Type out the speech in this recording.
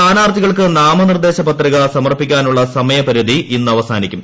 സ്ഥാനാർത്ഥികൾക്ക് നാമനിർദ്ദേശ പത്രിക സമർപ്പിക്കാനുള്ള സമയപരിധി ഇന്നവസാനിക്കും